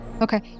Okay